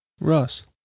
russ